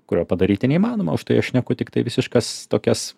kurio padaryti neįmanoma už tai aš šneku tiktai visiškas tokias